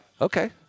Okay